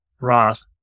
Roth